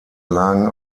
lagen